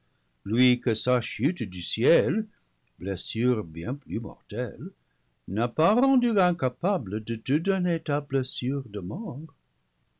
lui que sa chute du ciel blessure bien plus mortelle n'a pas rendu in capable de te donner ta blessure de mort